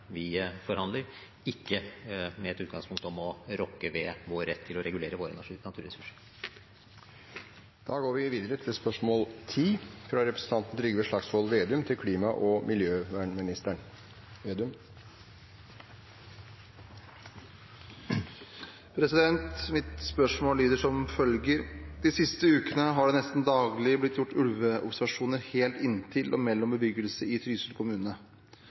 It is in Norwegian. vi forhandler – ikke med et utgangspunkt om å ville rokke ved vår rett til å regulere våre naturressurser. Mitt spørsmål lyder som følger: «De siste ukene har det nesten daglig blitt gjort ulveobservasjoner helt inntil og mellom bebyggelse i Trysil kommune. Ulven er et rovdyr som jakter i flokk og kan gjøre stor skade. Det har nylig blitt